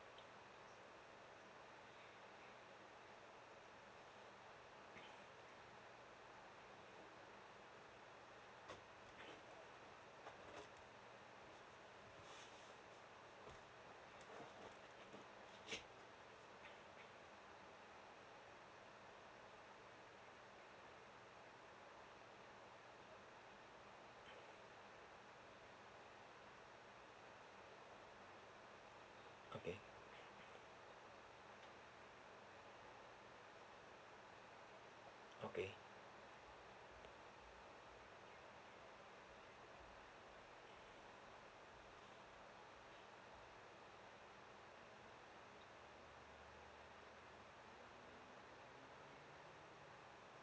okay okay